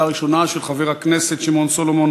של חבר הכנסת שמעון סולומון